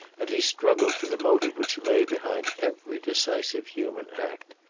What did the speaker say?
and he struggled for the motive which lay behind every decisive human act.